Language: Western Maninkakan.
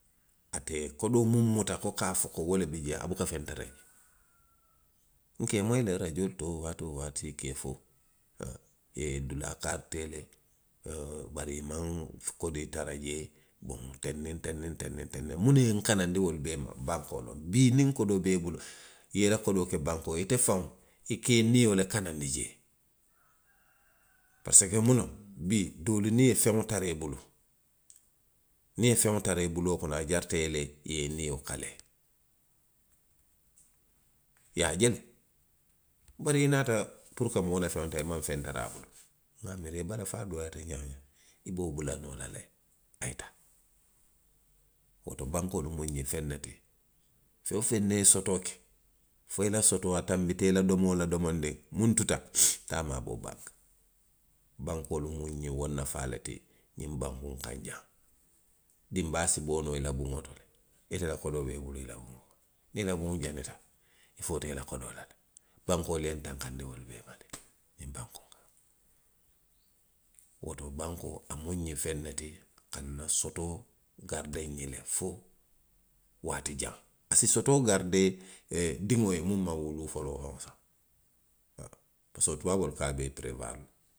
Ate ye kodoo muŋ muta ko ka a fo ko wo le bi jee. a buka feŋ tara jee. nka i moyi le rajoolu to waati woo waati i ka i fo. haa, i ye dulaa kaarii tee le. bari i maŋ kodi tara jee. boŋ teŋ niŋ teŋ niŋ teŋ. teŋ niŋ teŋ. muŋ ne ye nkanandi wolu bee ma. bankoo loŋ. Bii niŋ kodoo be i bulu. i ye i la kodoo ke bankoo to. ite faŋo, i ka i nio le kanandi jee. parisko muŋ noŋ, bii, doolu niŋ i ye feŋo tara i bulu. niŋ i ye feŋo tara i buloo kono. i jarita i ye le i ye i nio kalee. i ye a je le. bari i naata puru ka moo la feŋ taa. i maŋ feŋ tara a bulu. nŋa a miira i balafaa dooyaata ňaa woo ňaa, i be wo bula noo la le, a ye taa. woto bankoo mu nxe ňiniŋ feŋ ne ti. Feŋ woo feŋ ne ye sotoo ke, fo i la sotoo a tanbita i la domoo la domondiŋ. muŋ tuta, taa maaboo banki, bankoo to. bankoo mu ňiŋ wo nafaa le ti ňiŋ bankuu nkaŋ jaŋ. dinbaa si boo noo i la buŋo to le, ite la kodoo be i bulu i la buŋo to. niŋ i la buŋo janita. i foota i la kodoo la le. Bankoo le ye ntankandi wolu bee ma le, ňiŋ bankoolu. Woto bankoo, a mu nňe feŋ ne ti, a ka nna sootoo garidee nňe fo waati jaŋ. A si sotoo garidee ee diŋo ye muŋ maŋ wuluu foloo sahi, haa parisiko tubaaboolu ka a bee perewuwaari le.